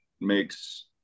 makes